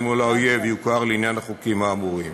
מול האויב יוכר לעניין החוקים האמורים.